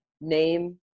name